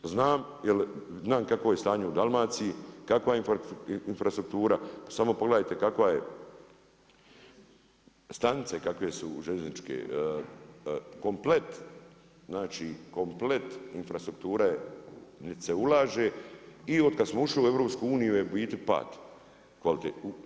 Znam, jer znam kakvo je stanje u Dalmaciji, kakva je infrastruktura, pa samo pogledajte kakva je, stanice kakve su željeznice, komplet, znači komplet infrastruktura je, niti se ulaže i otkada smo ušli u EU je u biti pad kvalitete.